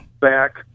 back